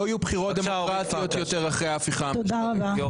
לא יהיו בחירות דמוקרטיות יותר אחרי ההפיכה המשטרית.